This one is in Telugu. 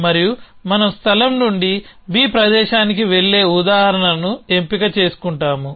మరియు మనం స్థలం నుండి b ప్రదేశానికి వెళ్లే ఉదాహరణను ఎంపిక చేసుకుంటాము